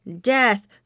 Death